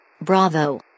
bravo